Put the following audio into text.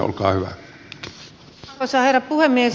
arvoisa herra puhemies